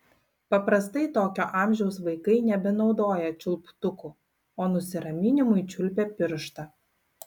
paprastai tokio amžiaus vaikai nebenaudoja čiulptukų o nusiraminimui čiulpia pirštą